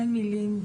אין מילים.